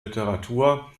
literatur